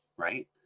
Right